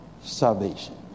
salvation